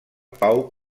pau